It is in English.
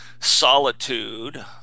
Solitude